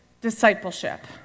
discipleship